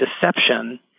deception